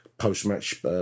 post-match